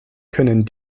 können